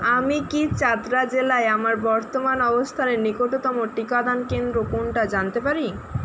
আমি কি চাতরা জেলায় আমার বর্তমান অবস্থানের নিকটতম টিকাদান কেন্দ্র কোনটা জানতে পারি